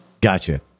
Gotcha